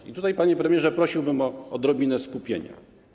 I tutaj, panie premierze, prosiłbym o odrobinę skupienia.